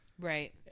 Right